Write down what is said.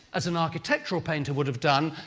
as an architectural painter would've done,